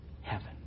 heaven